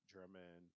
German